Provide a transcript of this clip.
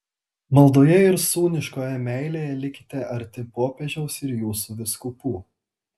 maldoje ir sūniškoje meilėje likite arti popiežiaus ir jūsų vyskupų